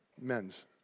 men's